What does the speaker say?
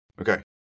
Okay